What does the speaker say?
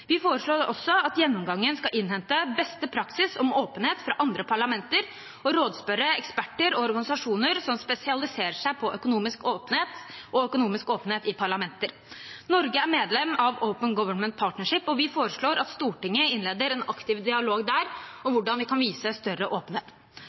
Vi foreslår også at gjennomgangen skal innhente beste praksis om åpenhet fra andre parlamenter og rådspørre eksperter og organisasjoner som spesialiserer seg på økonomisk åpenhet og åpenhet i parlamenter. Norge er medlem av Open Government Partnership, og vi foreslår at Stortinget innleder en aktiv dialog der